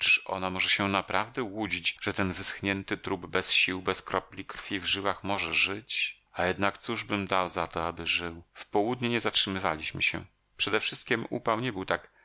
ona może się naprawdę łudzić że ten wyschnięty trup bez sił bez kropli krwi w żyłach może żyć a jednak cóżbym dał za to aby żył w południe nie zatrzymywaliśmy się przedewszystkiem upał nie był tak